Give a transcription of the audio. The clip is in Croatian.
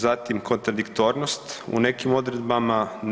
Zatim kontradiktornost u nekim odredbama.